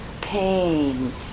pain